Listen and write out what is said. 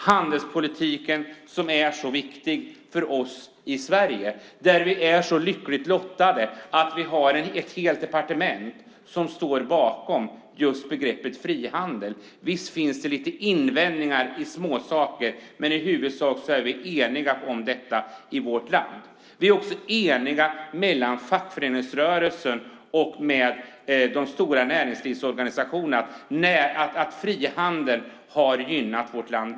Handelspolitiken är mycket viktig för oss i Sverige där vi är så lyckligt lottade att vi har ett helt departement som står bakom just begreppet "frihandel". Visst finns det en del invändningar om småsaker, men i huvudsak är vi i detta avseende eniga i vårt land. Vi är också eniga med fackföreningsrörelsen och de stora näringslivsorganisationerna om att frihandeln har gynnat vårt land.